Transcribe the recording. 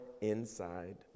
inside